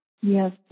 Yes